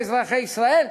לאזרחי ישראל,